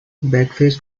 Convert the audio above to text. backface